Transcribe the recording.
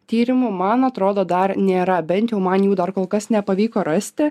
tyrimų man atrodo dar nėra bent jau man jų dar kol kas nepavyko rasti